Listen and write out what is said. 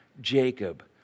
Jacob